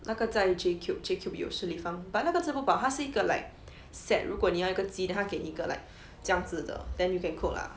那个在 J cube J cube 有 shi li fang but 那个吃不饱他是一个 like set 如果你要一个鸡 then 他给你一个 like 这样子的 then you can cook lah